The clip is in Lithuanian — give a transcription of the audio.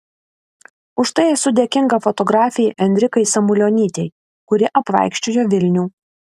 už tai esu dėkinga fotografei enrikai samulionytei kuri apvaikščiojo vilnių